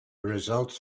results